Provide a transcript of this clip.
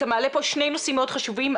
אתה מעלה פה שני נושאים מאוד חשובים,